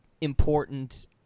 important